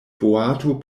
boato